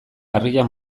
harria